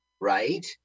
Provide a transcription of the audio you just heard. right